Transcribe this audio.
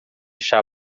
chá